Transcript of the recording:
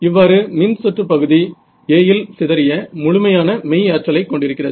இவ்வாறு மின்சுற்று பகுதி a இல் சிதறிய முழுமையான மெய் ஆற்றலை கொண்டிருக்கிறது